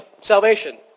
salvation